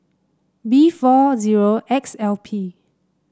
B four zero X L P